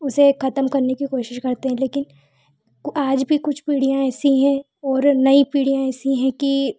उसे खत्म करने की कोशिश करते हैं लेकिन आज भी कुछ पीढ़ियाँ ऐसी है और नई पीढ़ियाँ ऐसी हैं कि